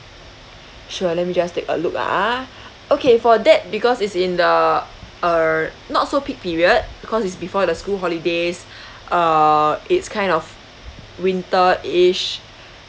sure let me just take a look ah okay for that because it's in the err not so peak period because it's before the school holidays uh it's kind of winterish